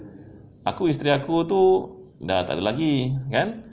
aku isteri aku tu dah takda lagi kan